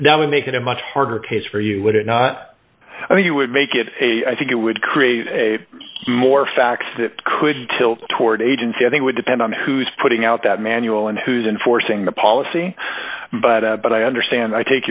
that would make it a much harder case for you would it not i mean you would make it a i think it would create a more facts that could tilt toward agency i think would depend on who's putting out that manual and who's enforcing the policy but i but i understand i take